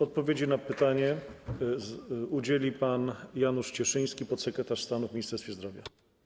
Odpowiedzi na pytanie udzieli pan Janusz Cieszyński, podsekretarz stanu w Ministerstwie Zdrowia.